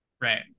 right